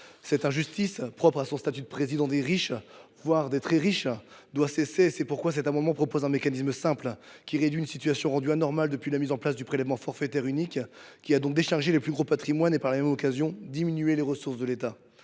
Cette injustice, propre à son statut de « Président des riches », voire des très riches, doit cesser. C’est pourquoi les signataires de cet amendement proposent un mécanisme simple qui vise à réduire une situation rendue anormale depuis la mise en place du prélèvement forfaitaire unique, qui a donc soulagé les plus gros patrimoines et, par la même occasion, diminué les ressources de l’État.